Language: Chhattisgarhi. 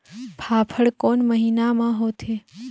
फाफण कोन महीना म होथे?